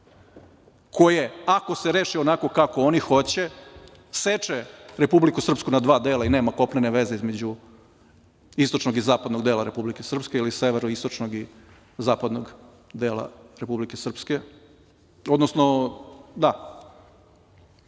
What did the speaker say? koje, ako se reši onako kako oni hoće, seče Republiku Srpsku na dva dela i nema kopnene veze između istočnog i zapadnog dela Republike Srpske ili severoistočnog i zapadnog dela Republike Srpske. U tom